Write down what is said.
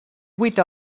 vuit